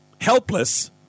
helpless